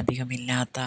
അധികമില്ലാത്ത